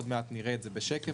עוד מעט נראה את זה בשקף.